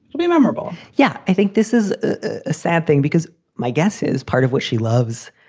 it'll be memorable. yeah. i think this is a sad thing because my guess is part of what she loves,